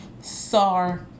sorry